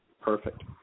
Perfect